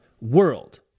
world